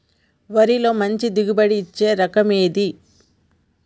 వరిలో మంచి దిగుబడి ఇచ్చే రకం ఏది?